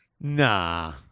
Nah